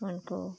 उनको